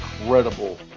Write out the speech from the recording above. incredible